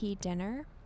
dinner